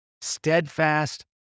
steadfast